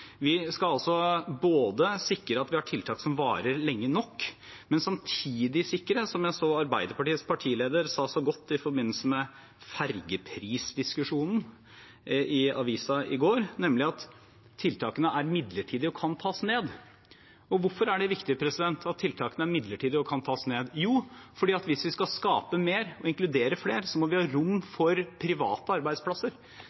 Vi skal både sikre at vi har tiltak som varer lenge nok og samtidig sikre – som jeg så Arbeiderpartiets partileder sa så godt i forbindelse med ferjeprisdiskusjonen i avisen i går – at tiltakene er midlertidige og kan tas ned. Og hvorfor er det viktig at tiltakene er midlertidige og kan tas ned? Jo, for hvis vi skal skape mer og inkludere flere, må vi ha rom